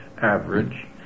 average